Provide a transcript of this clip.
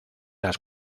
las